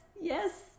yes